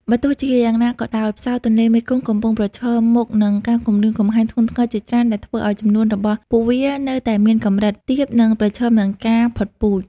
បើទោះជាយ៉ាងណាក៏ដោយផ្សោតទន្លេមេគង្គកំពុងប្រឈមមុខនឹងការគំរាមកំហែងធ្ងន់ធ្ងរជាច្រើនដែលធ្វើឱ្យចំនួនរបស់ពួកវានៅតែមានកម្រិតទាប និងប្រឈមនឹងការផុតពូជ។